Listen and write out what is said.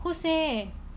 who say